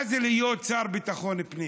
מה זה להיות שר לביטחון פנים.